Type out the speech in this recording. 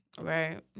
Right